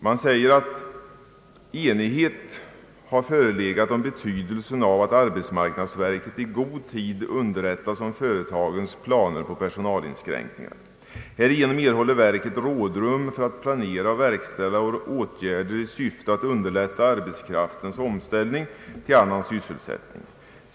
Det framhålls att enighet har förelegat om betydelsen av att arbetsmarknadsverket i god tid underrättas om företagens planer på personalinskränkningar. Härigenom erhåller verket rådrum för att planera och verkställa åtgärder i syfte att underlätta arbetskraftens omställning till annan sysselsättning.